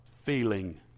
feeling